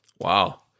wow